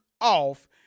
off